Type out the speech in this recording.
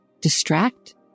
distract